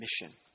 mission